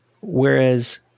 Whereas